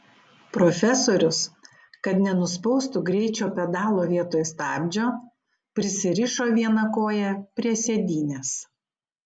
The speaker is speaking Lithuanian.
profesorius kad nenuspaustų greičio pedalo vietoj stabdžio prisirišo vieną koją prie sėdynės